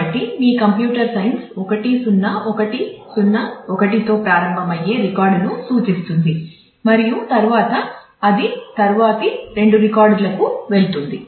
కాబట్టి మీ computer science 1 0 1 0 1 తో ప్రారంభమయ్యే రికార్డును సూచిస్తుంది మరియు తరువాత ఇది తరువాతి రెండు రికార్డులకు వెళుతుంది